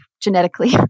genetically